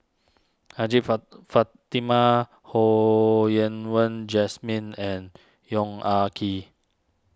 Hajjah Fa Fatimah Ho Yen Wah Jesmine and Yong Ah Kee